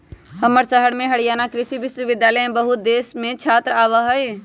हमर शहर में हरियाणा कृषि विश्वविद्यालय में बहुत देश से छात्र आवा हई